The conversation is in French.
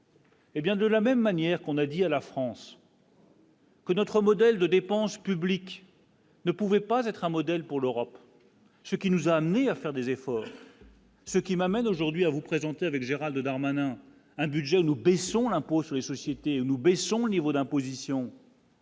Eh bien, de la même manière qu'on a dit à la France. Que notre modèle de dépenses publiques. On ne pouvait pas être un modèle pour l'Europe, ce qui nous a amenés à faire des efforts. Ce qui m'amène aujourd'hui à vous présenter avec Gérald Darmanin, un budget nous baissons l'impôt sur les sociétés, nous baissons le niveau d'imposition.